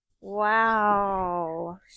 Wow